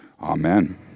Amen